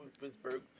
Pittsburgh